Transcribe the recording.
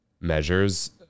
measures